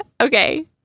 Okay